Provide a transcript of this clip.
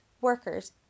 workers